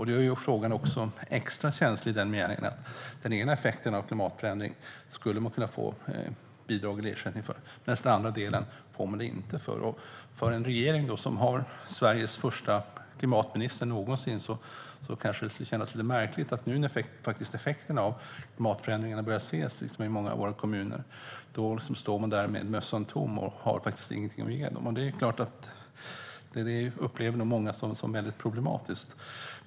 Det gör också frågan extra känslig i den meningen att man skulle kunna få bidrag eller ersättning för den ena effekten av klimatförändringen men inte för den andra. För en regering som har Sveriges första klimatminister någonsin kanske det skulle kunna kännas lite märkligt att man, nu när effekterna av klimatförändringarna börjar synas i många av våra kommuner, står med mössan tom och inte har någonting att ge. Det upplever nog många som mycket problematiskt.